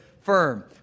firm